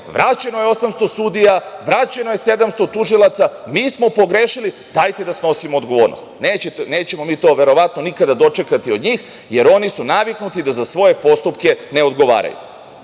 vraćeno je 800 sudija, vraćeno je 700 tužilaca. Mi smo pogrešili, dajte da snosimo odgovornost. Nećemo mi to verovatno, nikada dočekati od njih, jer oni su naviknuti da za svoje postupke ne